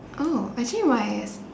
oh actually why